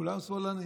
כולם שמאלנים.